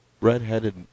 red-headed